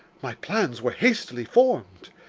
my plans were hastily formed.